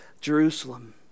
Jerusalem